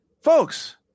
Folks